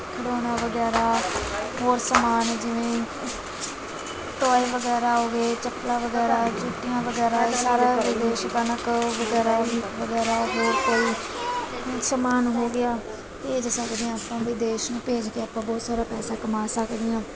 ਖਿਡੌਣਾ ਵਗੈਰਾ ਹੋਰ ਸਮਾਨ ਜਿਵੇਂ ਟੋਆਏ ਵਗੈਰਾ ਹੋ ਗਏ ਚਕਲਾ ਵਗੈਰਾ ਚਿੱਠੀਆਂ ਵਗੈਰਾ ਇਹ ਸਾਰਾ ਵਿਦੇਸ਼ੀ ਕਣਕ ਵਗੈਰਾ ਵਗੈਰਾ ਹੋਰ ਕੋਈ ਸਮਾਨ ਹੋ ਗਿਆ ਭੇਜ ਸਕਦੇ ਹਾਂ ਆਪਾਂ ਵਿਦੇਸ਼ ਨੂੰ ਭੇਜ ਕੇ ਆਪਾਂ ਬਹੁਤ ਸਾਰਾ ਪੈਸਾ ਕਮਾ ਸਕਦੇ ਹਾਂ